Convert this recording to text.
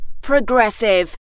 Progressive